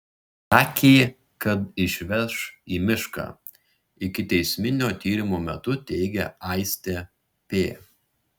sakė kad išveš į mišką ikiteisminio tyrimo metu teigė aistė p